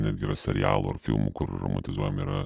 netgi yra serialų ar filmų kur romantizuojami yra